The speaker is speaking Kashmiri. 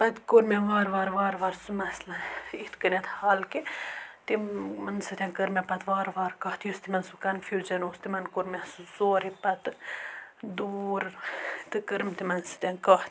پَتہٕ کوٚر مےٚ وارٕ وارٕ وارٕ وارٕ سُہ مَسلہٕ یِتھ کٔنؠتھ حَل کہِ تِمن سۭتۍ کٔر مےٚ پَتہٕ وارٕ وارٕ کَتھ یُس تِمَن سُہ کَنفیوٗجَن اوس تِمَن کوٚر مےٚ سُہ سورُے پَتہٕ دوٗر تہٕ کٔرم تِمَن سۭتۍ کَتھ